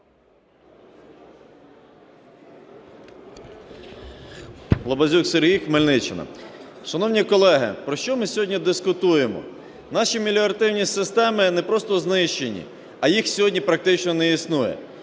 Лабазюк Сергій, Хмельниччина. Шановні колеги, про що ми сьогодні дискутуємо? Наші меліоративні системи не просто знищені, а їх сьогодні практично не існує.